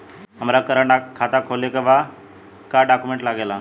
हमारा के करेंट खाता खोले के बा का डॉक्यूमेंट लागेला?